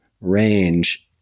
range